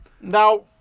now